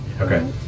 Okay